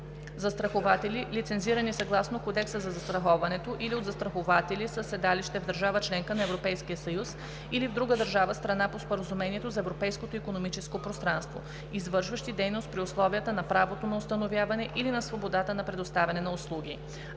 застрахователи, лицензирани съгласно Кодекса за застраховането, или от застрахователи със седалище в държава – членка на Европейския съюз, или в друга държава – страна по Споразумението за Европейското икономическо пространство, извършващи дейност при условията на правото на установяване или на свободата на предоставяне на услуги: